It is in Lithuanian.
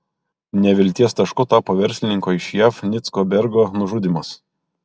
nevilties tašku tapo verslininko iš jav nicko bergo nužudymas